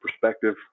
perspective